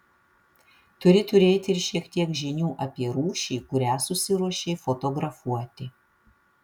turi turėti ir šiek tiek žinių apie rūšį kurią susiruošei fotografuoti